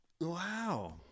wow